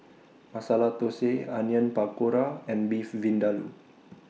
Masala Dosa Onion Pakora and Beef Vindaloo